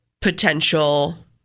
potential